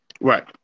Right